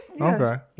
Okay